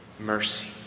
mercy